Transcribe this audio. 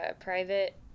private